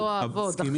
לא אעבוד אחרי לידה.